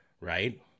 right